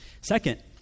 Second